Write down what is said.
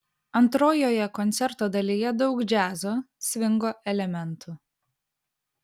antrojoje koncerto dalyje daug džiazo svingo elementų